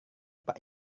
pak